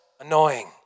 annoying